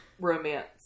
romance